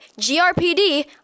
GRPD